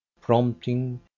prompting